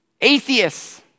atheists